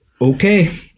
okay